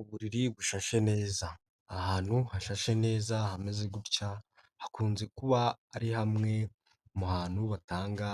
Uburiri bushashe neza, ahantu hashashe neza hameze gutya hakunze kuba ari hamwe mu hantu batanga